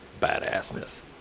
badassness